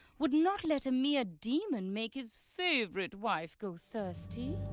would not let a mere demon make his favorite wife go thirsty.